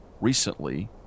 recently